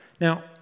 Now